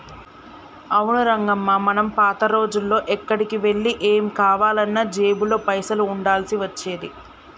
అవును రంగమ్మ మనం పాత రోజుల్లో ఎక్కడికి వెళ్లి ఏం కావాలన్నా జేబులో పైసలు ఉండాల్సి వచ్చేది